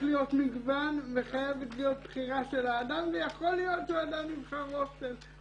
להיות מגוון וחייבת להיות בחירה של האדם ויכול להיות שהאדם יבחר הוסטל.